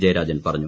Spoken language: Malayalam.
ജയരാജൻ പറഞ്ഞു